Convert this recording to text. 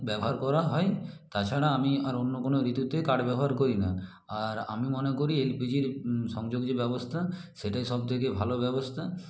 ব্যবহার করা হয় তাছাড়া আমি আর অন্য কোনো ঋতুতে কাঠ ব্যবহার করি না আর আমি মনে করি এল পি জির সংযোগ যে ব্যবস্থা সেটাই সব থেকে ভালো ব্যবস্থা